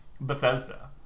Bethesda